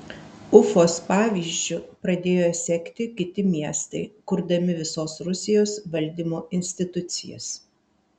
ufos pavyzdžiu pradėjo sekti kiti miestai kurdami visos rusijos valdymo institucijas